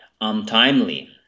untimely